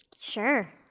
Sure